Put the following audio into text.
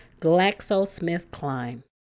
GlaxoSmithKline